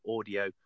audio